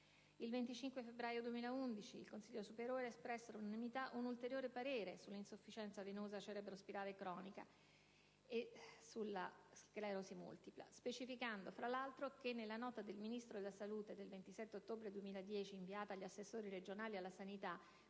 Il 25 febbraio 2011 il CSS ha espresso all'unanimità un ulteriore parere sulla insufficienza venosa cerebro-spinale cronica e sulla sclerosi multipla, specificando, fra l'altro, che nella nota del Ministro della salute del 27 ottobre 2010, inviata agli assessori regionali alla sanità,